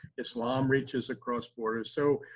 islam reaches across borders. so,